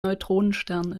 neutronenstern